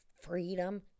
freedom